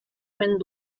wind